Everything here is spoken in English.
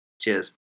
Cheers